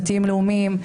דתיים לאומיים,